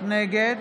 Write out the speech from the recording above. נגד